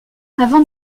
avant